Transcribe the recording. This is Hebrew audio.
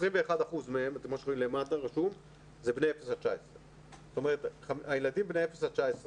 21% מהם זה בני 19-0. הילדים בני 19-0